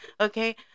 okay